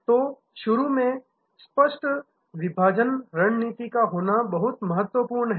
तो शुरू में स्पष्ट विभाजन रणनीति का होना बहुत महत्वपूर्ण है